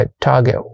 target